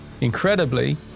Incredibly